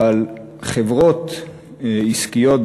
אבל חברות עסקיות,